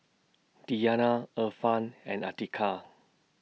Diyana Irfan and Atiqah